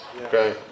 Okay